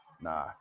Nah